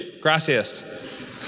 Gracias